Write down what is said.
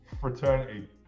fraternity